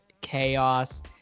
chaos